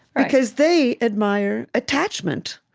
right because they admire attachment,